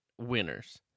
winners